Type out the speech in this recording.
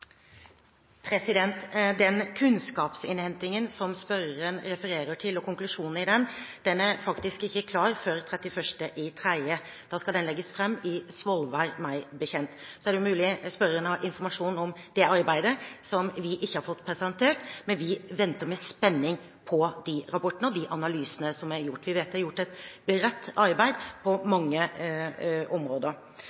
Den kunnskapsinnhentingen som spørreren refererer til, og konklusjonene i den er faktisk ikke klar før 31. mars. Da skal den legges fram i Svolvær, meg bekjent. Så er det mulig spørreren har informasjon om det arbeidet som vi ikke har fått presentert, men vi venter med spenning på de rapportene og de analysene som er gjort. Vi vet det er gjort et bredt arbeid på